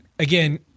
Again